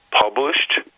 published